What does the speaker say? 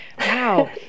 Wow